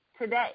today